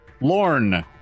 Lorne